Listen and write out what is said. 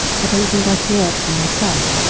don't think i feared for myself.